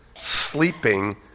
sleeping